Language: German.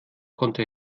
konnte